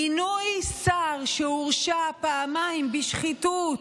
מינוי שר שהורשע פעמיים בשחיתות,